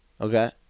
okay